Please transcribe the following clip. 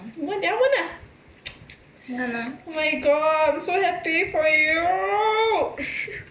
问等下问啊 oh my god I'm so happy for you